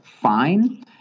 fine